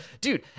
Dude